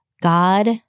God